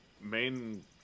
main